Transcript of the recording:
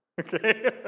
Okay